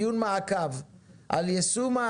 דיון מעקב על יישום,